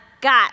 got